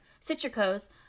Citrico's